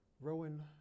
Rowan